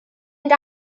mynd